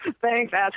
Thanks